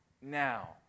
now